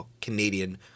Canadian